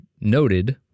noted